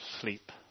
sleep